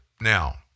now